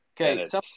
Okay